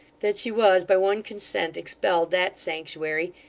that she was by one consent expelled that sanctuary,